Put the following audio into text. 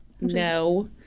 No